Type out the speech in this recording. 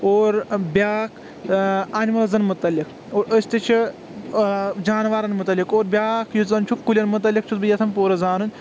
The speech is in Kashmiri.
اور بیٛاکھ انمِلزن مُتعلق أسۍ تہِ چھِ جانورن مُتعلق اور بیٛاکھ یُس زن چھُ کُلٮ۪ن مُتعلق چھُس بہٕ یژھان پوٗرٕ زانُن